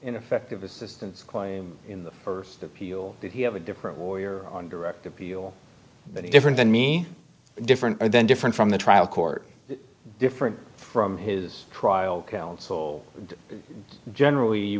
ineffective assistance claim in the earth appeal that he have a different lawyers on direct appeal any different than me different then different from the trial court different from his trial counsel generally you